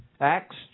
Acts